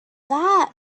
that